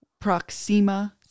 Proxima